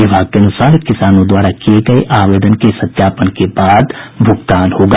विभाग के अनुसार किसानों द्वारा किये गये आवेदन के सत्यापन के बाद ही भुगतान होगा